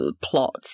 plot